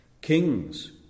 Kings